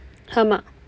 ஆமாம்:aamaam